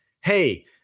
hey